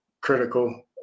critical